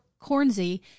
Cornsey